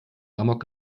amok